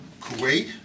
Kuwait